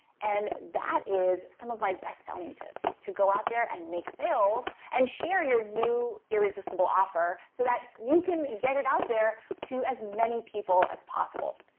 and that is some of my bestselling tips to go out there and make sales and share your new irresistible offer, so that you can get it out there to as many people as possible.